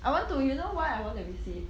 I want to you know why I want the receipt